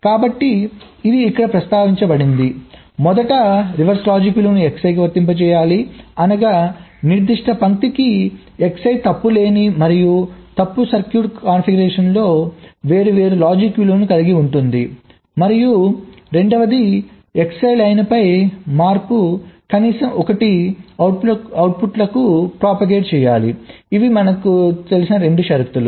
కాబట్టి ఇవి ఇక్కడ ప్రస్తావించబడింది మొదట రివర్స్ లాజిక్ విలువ Xi కి వర్తింపజేయాలి అనగా నిర్దిష్ట పంక్తి Xi తప్పు లేని మరియు తప్పు సర్క్యూట్ కాన్ఫిగరేషన్లలో వేర్వేరు లాజిక్ విలువలను కలిగి ఉంటుంది మరియు రెండవది Xi లైన్ పై మార్పు కనీసం 1 అవుట్పుట్లకు ప్రచారం చేయాలి ఇవి 2 షరతులు